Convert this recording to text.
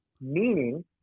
meaning